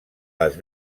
les